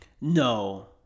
No